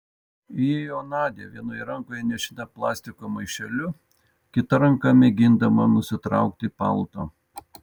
įėjo nadia vienoje rankoje nešina plastiko maišeliu kita ranka mėgindama nusitraukti paltą